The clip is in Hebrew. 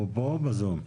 הוא פה או בזום?